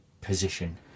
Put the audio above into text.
position